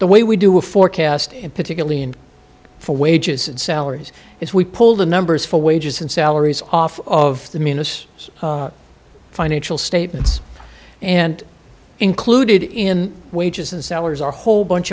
the way we do a forecast particularly in for wages and salaries is we pull the numbers for wages and salaries off of the minas financial statements and included in wages and salaries are whole bunch